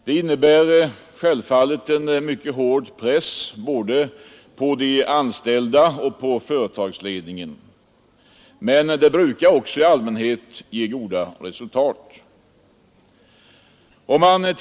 Det innebär självfallet en mycket hård press både på de anställda och på företagsledningen, men det brukar också ge goda resultat.